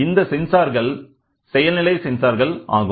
இந்த சென்சார்கள் செயல்நிலை சென்சார்கள் ஆகும்